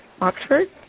Oxford